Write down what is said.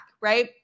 right